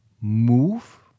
MOVE